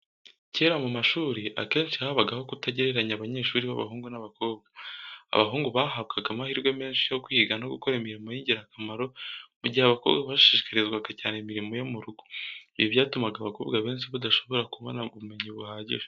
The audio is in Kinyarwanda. Kera mu mashuri, akenshi habagaho kutagereranya abanyeshuri b’abahungu n’abakobwa. Abahungu bahabwaga amahirwe menshi yo kwiga no gukora imirimo y’ingirakamaro, mu gihe abakobwa bashishikarizwaga cyane imirimo yo mu rugo. Ibi byatumaga abakobwa benshi badashobora kubona ubumenyi buhagije.